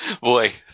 Boy